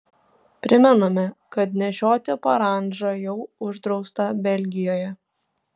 primename kad nešioti parandžą jau uždrausta belgijoje